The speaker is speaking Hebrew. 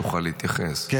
תוכל להתייחס,